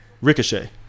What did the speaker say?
Ricochet